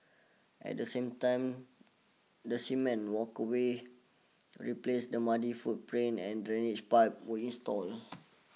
at the same time the cement walkaway replaced the muddy foot print and drainage pipes were installed